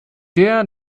der